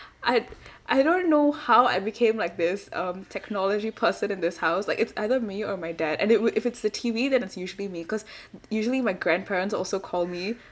I I don't know how I became like this um technology person in this house like it's either me or my dad and it would if it's the T_V then it's usually me because usually my grandparents also call me